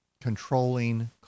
controlling